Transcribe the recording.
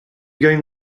going